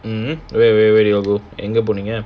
mm where where where did you all go எங்க போனீங்க:enga poneenga